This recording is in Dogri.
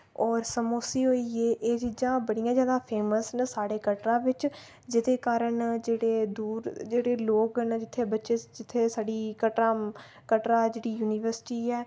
और समोसे होई गे एह् चीजां बड़ियां ज्यादा फेमस न साढ़े कटरा बिच जेह्दे कारण जेह्ड़े दूर जेह्ड़े लोक न जित्थै बच्चे जित्थै साढ़ी कटरा कटरा जेह्ड़ी यूनिवर्सिटी ऐ